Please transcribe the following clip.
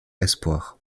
espoir